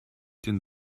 den